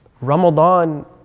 Ramadan